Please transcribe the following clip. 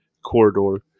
corridor